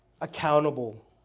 accountable